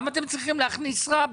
למה אתם צריכים להכניס רע באמצע?